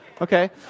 Okay